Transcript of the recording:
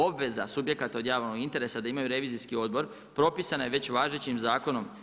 Obveza subjekata od javnog interesa je da imaju Revizijski odbor propisana je već važećim zakonom.